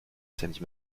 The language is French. samedi